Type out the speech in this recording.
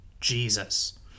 Jesus